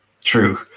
True